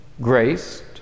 graced